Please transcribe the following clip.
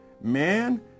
Man